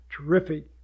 terrific